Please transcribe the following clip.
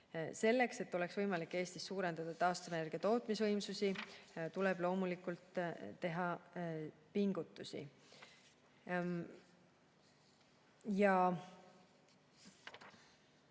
Selleks, et oleks võimalik Eestis suurendada taastuvenergia tootmise võimsusi, tuleb loomulikult teha pingutusi.